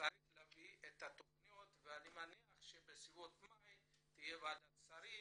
צריך להביא את התכניות ואני מניח שבסביבות מאי תתכנס ועדת השרים